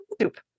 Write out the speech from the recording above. soup